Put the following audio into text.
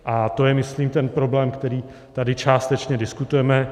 A to je, myslím, ten problém, který tady částečně diskutujeme.